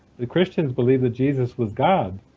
the christians believed that jesus was god,